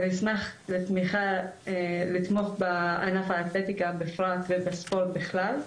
אני אשמח לתמוך בענף האתלטיקה בפרט ובספורט בכלל.